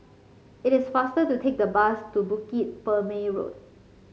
it is faster to take the bus to Bukit Purmei Road